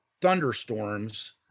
thunderstorms